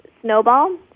Snowball